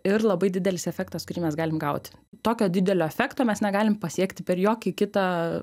ir labai didelis efektas kurį mes galim gauti tokio didelio efekto mes negalim pasiekti per jokį kitą